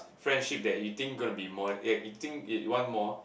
friendship that you think gonna be more that you think you want more